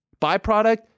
Byproduct